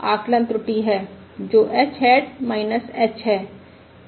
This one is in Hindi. w आकलन त्रुटि है जो h हैट h है